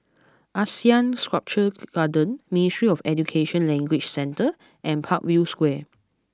Asean Sculpture Garden Ministry of Education Language Centre and Parkview Square